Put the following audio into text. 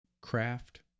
craft